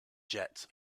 jets